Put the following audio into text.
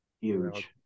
huge